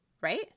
right